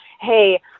hey